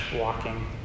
walking